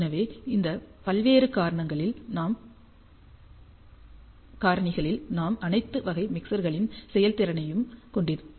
எனவே இந்த பல்வேறு காரணிகளில் நாம் அனைத்து வகை மிக்சர்களின் செயல்திறனையும் கொண்டிருக்கிறோம்